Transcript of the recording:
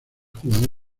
jugador